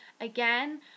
Again